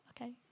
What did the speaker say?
Okay